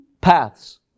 paths